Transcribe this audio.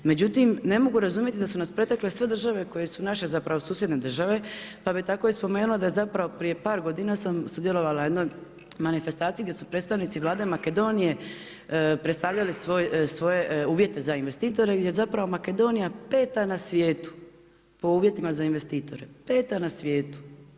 Međutim, ne mogu razumjeti da su nas pretekle sve države koje su naše zapravo susjedne države, pa bih tako i spomenula da je zapravo prije par godina sam sudjelovala na jednoj manifestaciji gdje su predstavnici Vlade Makedonije predstavljali svoje uvjete za investitore, gdje zapravo Makedonija peta na svijetu po uvjetima za investitore, peta na svijetu.